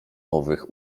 owych